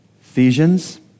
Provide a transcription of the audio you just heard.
Ephesians